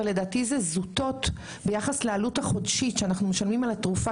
אבל לדעתי זה זוטות ביחס לעלות החודשית שאנחנו משלמים על תרופה,